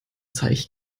teich